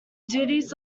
duties